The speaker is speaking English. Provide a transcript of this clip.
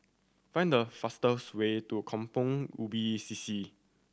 find the fastest way to Kampong Ubi C C